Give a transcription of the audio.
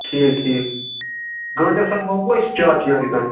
ٹھیٖک ٹھیٖک گٲنٹَس تانۍ واتوٕ أسۍ چار چناری تانۍ